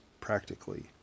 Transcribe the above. practically